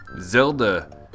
Zelda